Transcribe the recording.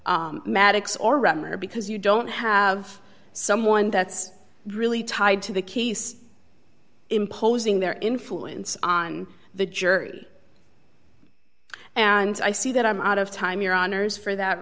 ram or because you don't have someone that's really tied to the case imposing their influence on the jury and i see that i'm out of time your honour's for that